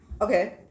Okay